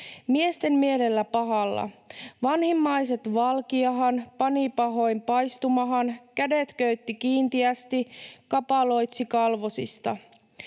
miesten mielellä pahalla. / Vanhimmaiset valkiahan / pani pahoin paistumahan / kädet köytti kiintiästi / kapaloitsi kalvosista